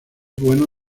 bueno